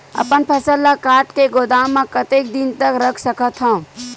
अपन फसल ल काट के गोदाम म कतेक दिन तक रख सकथव?